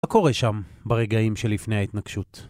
מה קורה שם, ברגעים שלפני ההתנגשות.